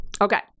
Okay